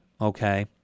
okay